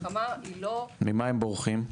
ממה הם בורחים?